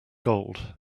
gold